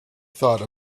thought